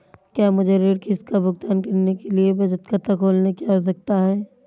क्या मुझे ऋण किश्त का भुगतान करने के लिए बचत खाता खोलने की आवश्यकता है?